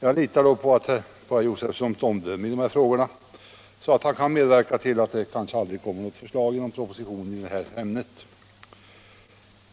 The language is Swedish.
Jag litar emellertid på herr Josefsons omdöme i de här frågorna; han kan kanske medverka till att det aldrig kommer någon proposition i ämnet.